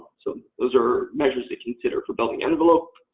so, those are measures to consider for building envelope.